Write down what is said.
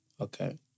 Okay